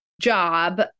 job